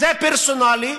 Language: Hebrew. זה פרסונלי,